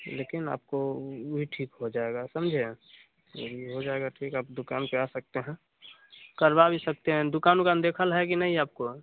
लेकिन आपकोवह भी ठीक हो जाएगा समझे वह भी हो जाएगा ठीक आप दुकान पर आ सकते हैं करवा भी सकते हैं दुकान उकान देखे है कि नहीं आपको